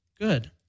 Good